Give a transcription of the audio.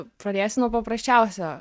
pradėsiu nuo paprasčiausio